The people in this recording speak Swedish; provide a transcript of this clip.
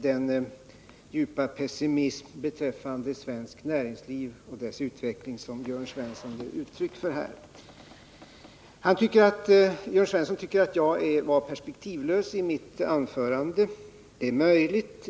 Den djupa pessimism beträffande svenskt näringsliv och dess utveckling som Jörn Svensson här ger uttryck för har ingen förankring i verkligheten. Jörn Svensson tycker att mitt anförande var perspektivlöst, och det är möjligt.